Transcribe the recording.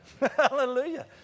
Hallelujah